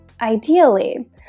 Ideally